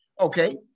Okay